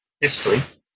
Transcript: history